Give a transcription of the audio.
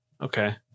okay